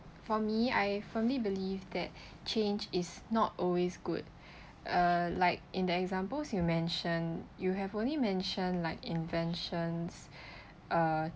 for me I firmly believe that change is not always good uh like in the examples you mentioned you have only mentioned like inventions uh